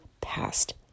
past